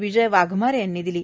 विजय वाघमारे यांनी दिली